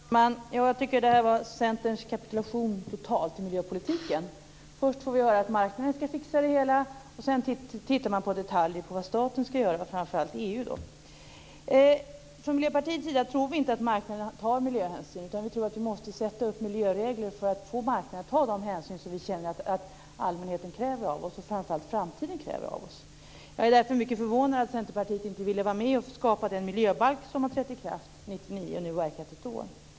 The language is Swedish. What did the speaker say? Herr talman! Jag tycker att detta var Centerns totala kapitulation i miljöpolitiken. Först får vi höra att marknaden ska fixa det hela. Sedan tittar man på detaljerna och vad staten och framför allt EU ska göra. Från Miljöpartiets sida tror vi inte att marknaden tar miljöhänsyn, utan vi tror att vi måste sätta upp miljöregler för att få marknaden att ta de hänsyn som vi känner att allmänheten kräver av oss, och som framför allt framtiden kräver av oss. Jag är därför mycket förvånad över att Centerpartiet inte ville vara med och skapa den miljöbalk som trädde i kraft 1999 och som nu har verkat under ett år.